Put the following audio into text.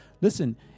listen